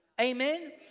amen